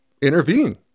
intervene